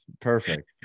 perfect